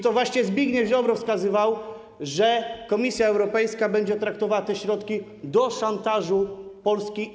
To właśnie Zbigniew Ziobro wskazywał, że Komisja Europejska będzie wykorzystywała te środki do szantażu Polski.